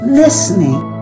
listening